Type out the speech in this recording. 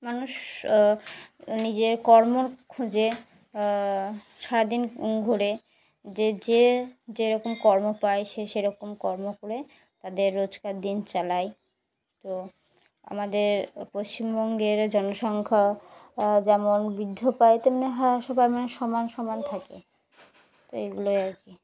মানুষ নিজের কর্মর খোঁজে সারাদিন ঘোরে যে যে যেরকম কর্ম পায় সে সেরকম কর্ম করে তাদের রোজকার দিন চালায় তো আমাদের পশ্চিমবঙ্গের জনসংখ্যা যেমন বৃদ্ধিও পায় তেমনি হ্রাসও পায় মানে সমান সমান থাকে তো এগুলোই আর কি